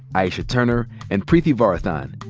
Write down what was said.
aisha turner and preeti varathan.